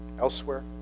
elsewhere